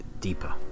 deeper